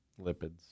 Lipids